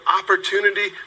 opportunity